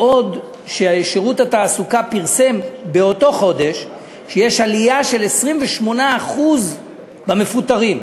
בעוד שירות התעסוקה פרסם באותו חודש שיש עלייה של 28% במפוטרים,